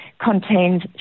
contains